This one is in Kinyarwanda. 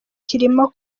kirimo